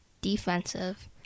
defensive